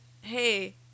hey